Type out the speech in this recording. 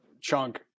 chunk